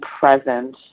present